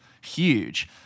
huge